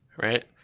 right